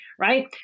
right